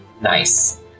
Nice